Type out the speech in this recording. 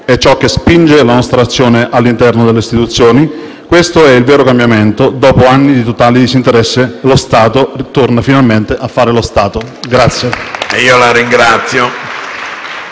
Ecco cosa spinge la nostra azione all’interno delle istituzioni, questo è il vero cambiamento: dopo anni di totale disinteresse, lo Stato torna finalmente a fare lo Stato. (Applausi dal